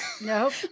Nope